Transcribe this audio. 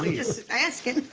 just asking.